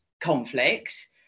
conflict